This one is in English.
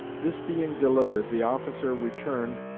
this being delivered, the officer returned,